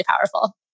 powerful